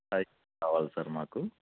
అవి కావాలి సార్ మాకు